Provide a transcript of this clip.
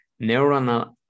neuronal